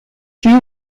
you